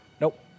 Nope